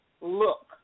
look